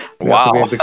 wow